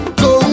go